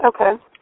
Okay